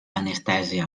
anestèsia